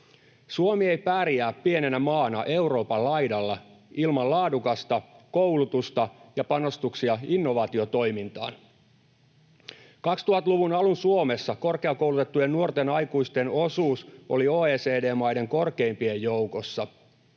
Suomi ei pärjää pienenä maana Euroopan laidalla ilman laadukasta koulutusta ja panostuksia innovaatiotoimintaan. 2000-luvun alun Suomessa korkeakoulutettujen nuorten aikuisten osuus oli OECD-maiden korkeimpien joukossa,